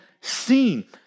seen